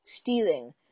stealing